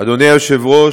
אדוני היושב-ראש,